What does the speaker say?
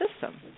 system